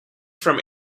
from